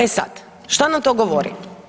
E sad, šta nam to govori?